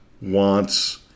wants